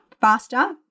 faster